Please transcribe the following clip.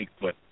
Bigfoot